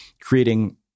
creating